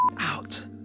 out